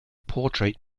portrait